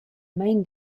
main